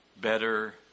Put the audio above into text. better